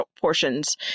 portions